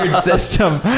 um system,